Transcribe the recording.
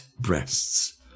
breasts